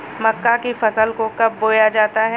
मक्का की फसल को कब बोया जाता है?